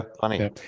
Funny